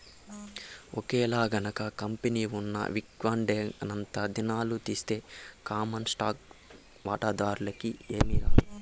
ఒకేలగనక కంపెనీ ఉన్న విక్వడేంగనంతా దినాలు తీస్తె కామన్ స్టాకు వాటాదార్లకి ఏమీరాదు